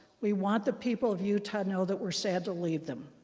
we want the people of utah to know that we're sad to leave them.